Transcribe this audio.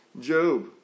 Job